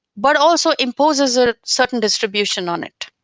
but also imposes a certain distribution on it,